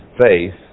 faith